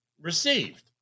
received